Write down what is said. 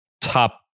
top